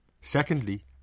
Secondly